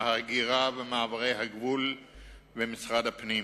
ההגירה ומעברי הגבול במשרד הפנים.